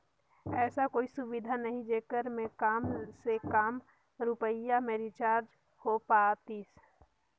ऐसा कोई सुविधा नहीं जेकर मे काम से काम रुपिया मे रिचार्ज हो पातीस?